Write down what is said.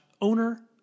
owner